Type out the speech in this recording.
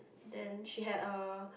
then she had a